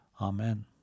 Amen